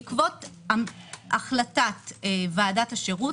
בעקבות החלטת ועדת השירות,